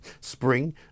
spring